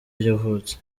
yavutse